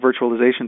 virtualization